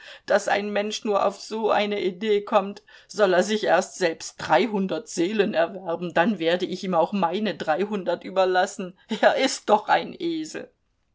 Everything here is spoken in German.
daß ein mensch nur auf so eine idee kommt soll er sich erst selbst dreihundert seelen erwerben dann werde ich ihm auch meine dreihundert überlassen er ist doch ein esel